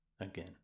again